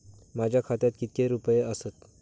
माझ्या खात्यात कितके रुपये आसत?